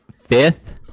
fifth